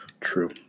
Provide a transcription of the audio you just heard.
True